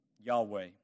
Yahweh